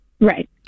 Right